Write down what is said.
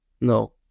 No